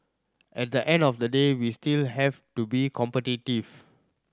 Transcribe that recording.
at the end of the day we still have to be competitive